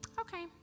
okay